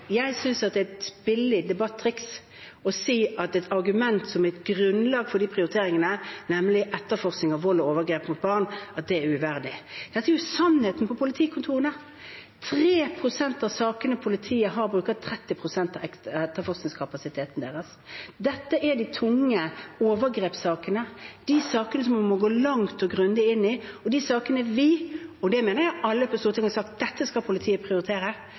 et argument som handler om grunnlaget for de prioriteringene, nemlig etterforskning av vold og overgrep mot barn, er uverdig. Dette er jo sannheten på politikontorene. 3 prosent av sakene som politiet har, bruker 30 pst. av etterforskningskapasiteten deres. Dette er de tunge overgrepssakene, de sakene som man må gå langt og grundig inn i, og de sakene som vi har sagt – og dette mener jeg alle på Stortinget har sagt – at politiet skal prioritere.